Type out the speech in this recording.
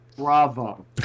Bravo